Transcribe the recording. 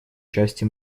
части